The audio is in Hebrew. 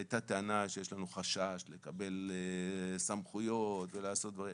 את הטענה שיש לנו חשש לקבל סמכויות ולעשות דברים,